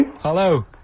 Hello